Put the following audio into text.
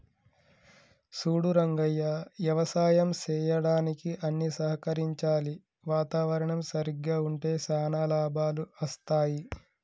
సూడు రంగయ్య యవసాయం సెయ్యడానికి అన్ని సహకరించాలి వాతావరణం సరిగ్గా ఉంటే శానా లాభాలు అస్తాయి